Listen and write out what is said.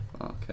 Okay